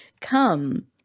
come